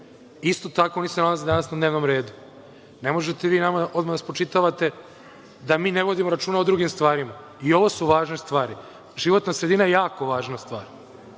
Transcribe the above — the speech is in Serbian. Isto tako, oni se nalaze danas na dnevnom redu. Ne možete vi nama odmah da spočitavate da mi ne vodimo računa o drugim stvarima. I ovo su važne stvari. Životna sredina je jako važna stvar.